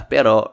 Pero